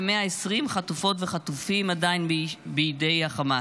ו-120 חטופות וחטופים עדיין בידי חמאס.